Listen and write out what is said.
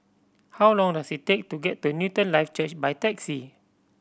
how long does it take to get to Newton Life Church by taxi